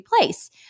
place